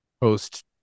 post